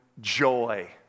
joy